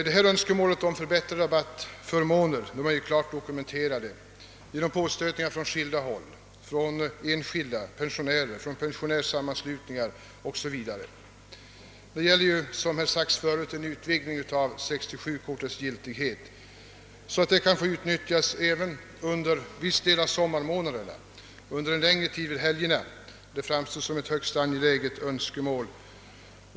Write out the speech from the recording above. Dessa önskemål om förbättrade rabattförmåner är ju klart dokumenterade genom påstötningar från skilda håll — från enskilda pensionärer, från pensionärssammanslutningar m.m. Det gäller, som här nämnts förut, en utvidgning av 67-kortets giltighet, så att det kan få utnyttjas även under viss del av sommarmånaderna och under längre tid vid helgerna. Det framstår som ett högst angeläget önskemål.